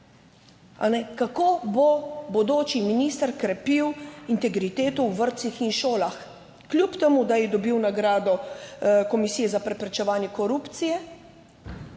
Kako bo bodoči minister krepil integriteto v vrtcih in šolah, kljub temu, da je dobil nagrado Komisije za preprečevanje korupcije,